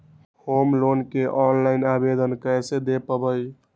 Home loan के online आवेदन कैसे दें पवई?